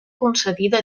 concedida